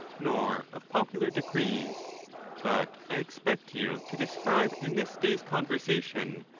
nor of popular decrees but i expect you to describe in this day s conversation,